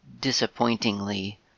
disappointingly